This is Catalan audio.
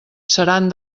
seran